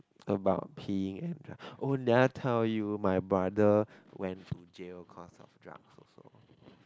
about peeing and dru~ oh did I tell you my brother went to jail cause of drugs also